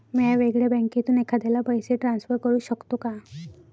म्या वेगळ्या बँकेतून एखाद्याला पैसे ट्रान्सफर करू शकतो का?